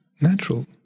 natural